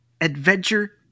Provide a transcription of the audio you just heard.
adventure